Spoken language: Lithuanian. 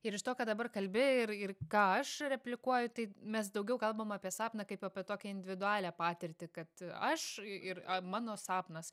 ir iš to ką dabar kalbi ir ir ką aš replikuoju tai mes daugiau kalbam apie sapną kaip apie tokią individualią patirtį kad aš ir mano sapnas